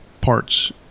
parts